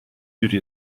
duty